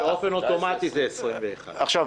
2022. באופן אוטומטי זה 2021. סליחה,